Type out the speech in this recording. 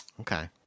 Okay